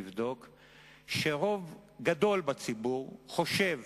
שרוב גדול בציבור חושב